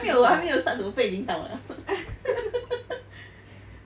还没有还没有 start to 被赢到 liao